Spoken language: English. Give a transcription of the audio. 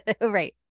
Right